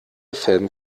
fäden